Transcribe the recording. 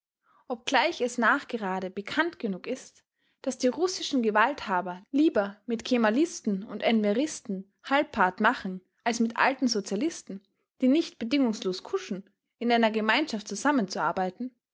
obgleich es nachgerade bekannt genug ist daß die russischen gewalthaber lieber mit kemalisten und enveristen halbpart machen als mit alten sozialisten die nicht bedingungslos kuschen in einer gemeinschaft zusammenzuarbeiten